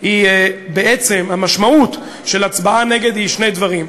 היא בעצם שני דברים: